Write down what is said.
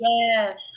yes